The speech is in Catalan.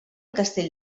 castell